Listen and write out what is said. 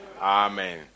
Amen